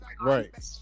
right